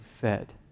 fed